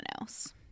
else